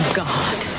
god